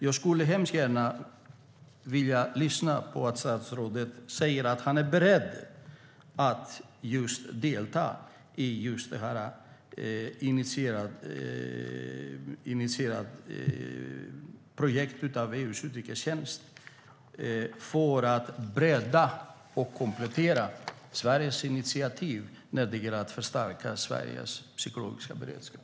Jag skulle dock hemskt gärna vilja höra statsrådet säga att han är beredd att delta i just det av EU:s utrikestjänst initierade projektet, för att bredda och komplettera Sveriges initiativ när det gäller att förstärka Sveriges psykologiska beredskap.